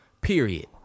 Period